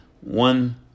one